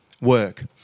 work